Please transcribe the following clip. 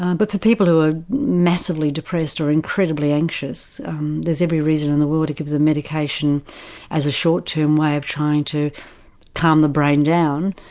but the people who are massively depressed or incredibly anxious there's every reason in the world to give them medication as a short term way of trying to calm the brain down,